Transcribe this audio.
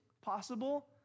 possible